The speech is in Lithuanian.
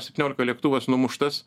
septyniolika lėktuvas numuštas